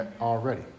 already